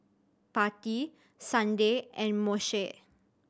Patti Sunday and Moshe